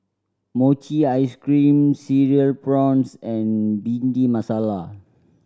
mochi ice cream Cereal Prawns and Bhindi Masala